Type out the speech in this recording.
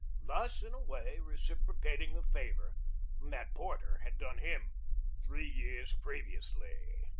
thus, in a way, reciprocating the favor that porter had done him three years previously.